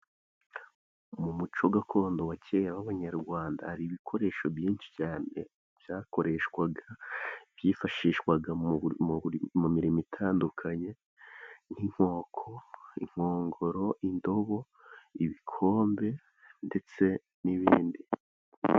Mu muco gakondo wa kera w'abanyarwanda, hari ibikoresho byinshi cyane byakoreshwaga, byifashishwaga mu mirimo itandukanye, nk'inkoko inkongoro, indobo, ibikombe ndetse n'ibindi.